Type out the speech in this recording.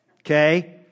Okay